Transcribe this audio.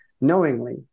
knowingly